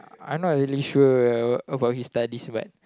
I not really sure about his studies but